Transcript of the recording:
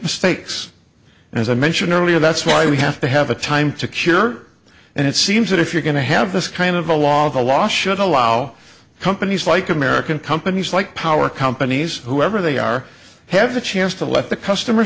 mistakes and as i mentioned earlier that's why we have to have a time to cure and it seems that if you're going to have this kind of a law the law should allow companies like american companies like power companies whoever they are have a chance to let the customer